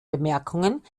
bemerkungen